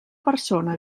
persona